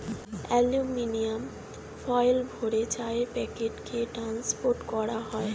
aluminium ফয়েলে ভরে চায়ের প্যাকেটকে ট্রান্সপোর্ট করা হয়